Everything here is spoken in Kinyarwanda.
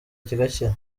kigakira